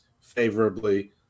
favorably